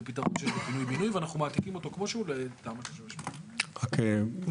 זה פתרון שיש בפינוי בינוי ואנחנו מעתיקים אותו כמוש הוא לתמ"א 38. רגע,